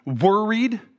worried